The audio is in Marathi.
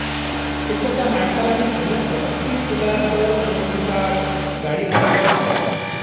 तुमच्या त्या माणसाला मी सांगितलं की तुला दर दोन दिवसाआड गाडी पाठवायची